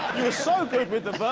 were so good with the